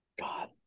God